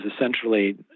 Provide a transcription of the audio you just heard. essentially